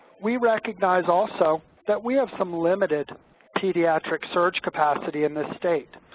we recognize also that we have some limited pediatric surge capacity in the state.